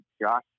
Josh